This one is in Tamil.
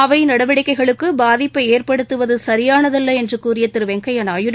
அவை நடவடிக்கைகளுக்கு பாதிப்பை ஏற்படுத்துவது சரியானதல்ல என்று கூறிய திரு வெங்கய்யா நாயுடு